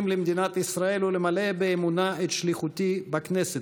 למדינת ישראל ולמלא באמונה את שליחותי בכנסת".